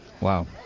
Wow